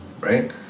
Right